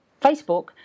Facebook